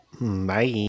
Bye